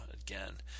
Again